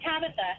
Tabitha